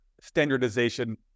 standardization